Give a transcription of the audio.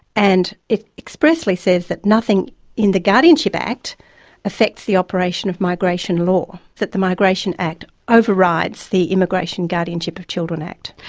and it expressly says that nothing in the guardianship act affects the operation of migration law that the migration act overrides the immigration and guardianship of children act.